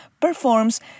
performs